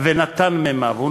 "ונתן מימיו".